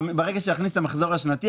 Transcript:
ברגע שנכניס את המחזור השנתי,